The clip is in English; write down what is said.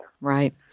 Right